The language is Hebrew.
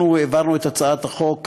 אנחנו העברנו את הצעת החוק,